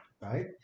Right